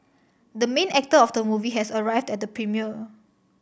the main actor of the movie has arrived at the premiere